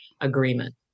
agreement